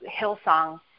Hillsong